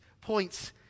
points